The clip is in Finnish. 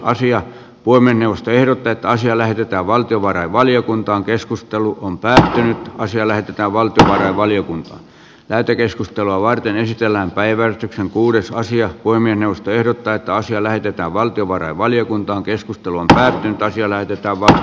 asia voi mennä vastaehdot että asia lähetetään valtiovarainvaliokuntaankeskustelu on päättynyt kun se lähetetään vain tähän valiokunta lähetekeskustelua varten esitellään päivätty kuudes asia kuin minusta ehdottaa että asia lähetetään valtiovarainvaliokuntaankeskustelun täytyy karsia näytetään vasta